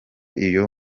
iyo